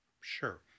Sure